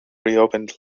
reopened